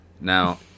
Now